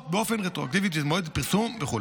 באופן רטרואקטיבי את מועד הפרסום וכו'.